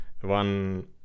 one